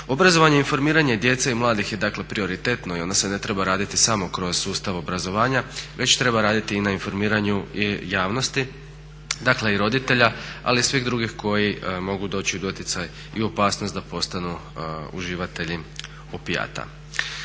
Obrazovanje i informiranje djece i mladih je dakle prioritetno i ono se ne treba raditi samo kroz sustav obrazovanja već treba raditi i na informiranju javnosti i roditelja ali i svih drugih koji mogu doći u doticaj i opasnost da postanu uživatelji opijata.